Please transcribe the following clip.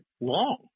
long